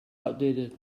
outdated